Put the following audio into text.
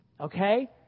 Okay